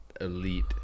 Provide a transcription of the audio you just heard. Elite